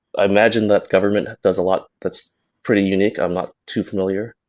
i imagine that government does a lot that's pretty unique. i'm not too familiar.